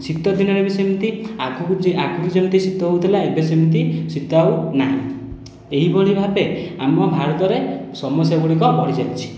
ଶୀତଦିନରେ ବି ସେମିତି ଆଗରୁ ଯେମିତି ଶୀତ ହେଉଥିଲା ଏବେ ସେମିତି ଶୀତ ଆଉ ନାହିଁ ଏହିଭଳି ଭାବେ ଆମ ଭାରତରେ ସମସ୍ୟା ଗୁଡ଼ିକ ବଢ଼ିଚାଲିଛି